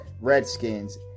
Redskins